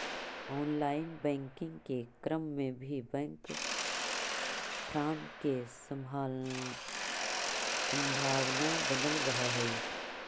online banking के क्रम में भी बैंक फ्रॉड के संभावना बनल रहऽ हइ